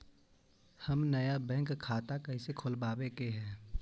हम नया बैंक खाता कैसे खोलबाबे के है?